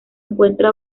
encuentra